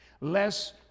Less